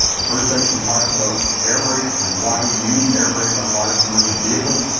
the first section talks about air brakes and why we use air brakes on large commercial vehicles.